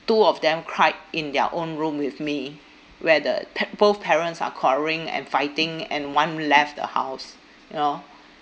two of them cried in their own room with me where the pa~ both parents are quarrelling and fighting and one left the house you know